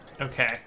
Okay